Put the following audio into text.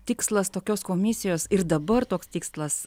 tikslas tokios komisijos ir dabar toks tikslas